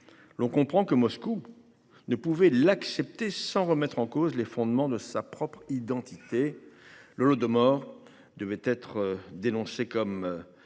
L'on comprend que Moscou ne pouvait l'accepter sans remettre en cause les fondements de sa propre identité l'de morts, devait être dénoncé comme